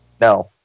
No